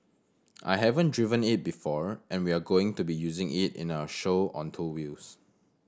I haven't driven it before and we're going to be using it in our show on two wheels